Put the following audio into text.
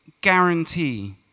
guarantee